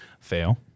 Fail